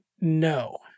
No